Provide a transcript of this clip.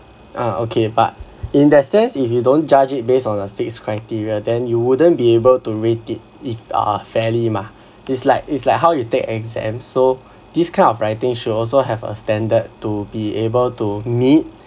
uh okay but in that sense if you don't judge it based on your fixed criteria then you wouldn't be able to rate it if uh fairly mah it's like it's like how you take exam so this kind of writing should also have a standard to be able to meet